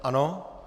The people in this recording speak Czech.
Ano.